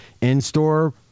in-store